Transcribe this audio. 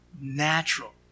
natural